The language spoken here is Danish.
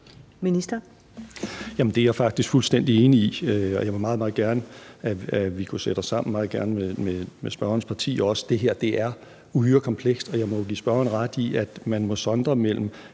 det er jeg faktisk fuldstændig enig i, og jeg vil meget, meget gerne, at vi kunne sætte os sammen, også meget gerne med spørgerens parti. Det her er uhyre komplekst, og jeg må jo give spørgeren ret i, at man må sondre mellem,